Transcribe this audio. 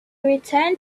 returned